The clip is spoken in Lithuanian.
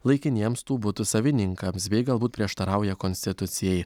laikiniems tų butų savininkams bei galbūt prieštarauja konstitucijai